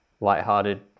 lighthearted